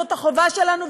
זאת החובה שלנו,